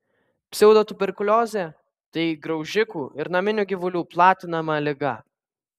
pseudotuberkuliozė tai graužikų ir naminių gyvulių platinama liga